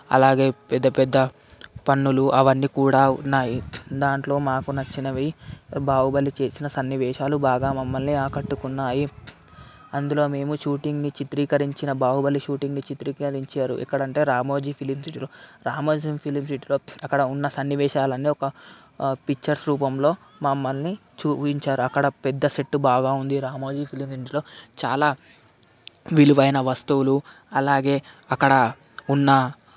అలాగే పెద్ద పెద్ద పన్నులు అవన్నీ కూడా ఉన్నాయి దాంట్లో మాకు నచ్చినవి బాహుబలి చేసిన సన్నివేశాలు బాగా మమ్మల్ని ఆకట్టుకున్నాయి అందులో మేము షూటింగ్ని చిత్రీకరించిన బాహుబలి షూటింగ్ని చిత్రీకరించారు ఎక్కడ అంటే రామోజీ ఫిలిం సిటీలో రామోజీ ఫిలిం సిటీలో అక్కడ ఉన్న సన్నివేశాలు అన్నీ ఒక పిక్చర్స్ రూపంలో మమ్మల్ని చూపించారు అక్కడ పెద్ద సెట్ బాగా ఉంది రామోజీ ఫిలిం సిటీలో చాలా విలువైన వస్తువులు అలాగే అక్కడ ఉన్న